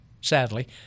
Sadly